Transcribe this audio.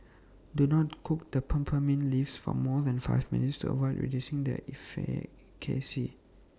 do not cook the peppermint leaves for more than five minutes to avoid reducing their efficacy